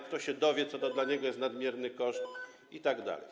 Kto się dowie, co to dla niego jest nadmierny koszt itd.